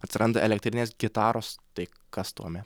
atsiranda elektrinės gitaros tai kas tuomet